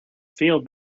feel